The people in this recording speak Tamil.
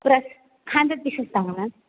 ஃப்ரெஷ் ஹண்ட்ரேட் பீஸஸ் தாங்க மேம்